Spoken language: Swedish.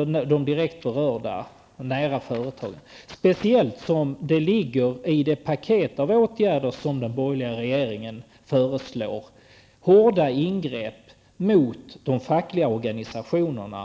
andra berörda i företaget. I det paket av åtgärder som de borgerliga partierna föreslår ligger ju hårda ingrepp mot de fackliga organisationerna.